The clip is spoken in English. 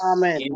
Amen